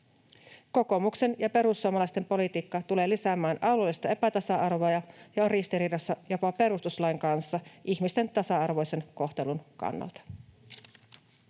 Kokoomuksen ja perussuomalaisten politiikka tulee lisäämään alueellista epätasa-arvoa ja on ristiriidassa jopa perustuslain kanssa ihmisten tasa-arvoisen kohtelun kannalta.